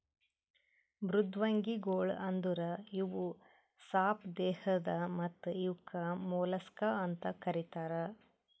ಮೃದ್ವಂಗಿಗೊಳ್ ಅಂದುರ್ ಇವು ಸಾಪ್ ದೇಹದ್ ಮತ್ತ ಇವುಕ್ ಮೊಲಸ್ಕಾ ಅಂತ್ ಕರಿತಾರ್